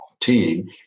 team